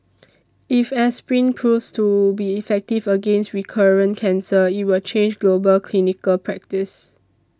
if aspirin proves to be effective against recurrent cancer it will change global clinical practice